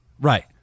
Right